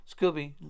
Scooby